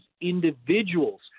individuals